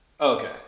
Okay